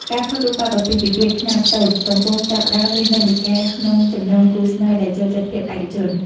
ការថតរូបបែបអាពាហ៍ពិពាហ៍ខ្នាតតូច កំពុងចាប់ផ្ដើមមាននិន្នាការក្នុងចំណោមគូស្នេហ៍ដែលចូលចិត្តភាពឯកជន។